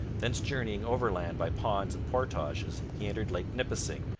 thence journeying overland by ponds and portages he entered lake nipissing,